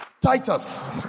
Titus